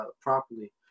properly